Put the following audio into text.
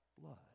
blood